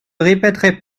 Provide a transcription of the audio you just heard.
répéterai